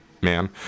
man